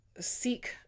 seek